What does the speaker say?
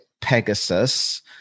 Pegasus